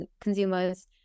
consumers